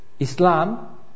Islam